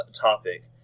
topic